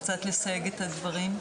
קצת לסייג את הדברים,